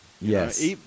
yes